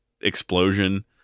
explosion